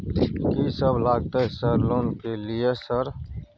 कि सब लगतै सर लोन ले के लिए सर?